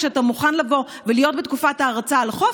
כשאתה מוכן לבוא ולהיות בתקופת ההרצה על החוף,